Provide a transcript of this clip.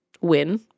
win